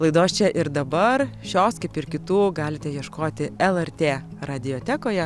laidos čia ir dabar šios kaip ir kitų galite ieškoti lrt radiotekoje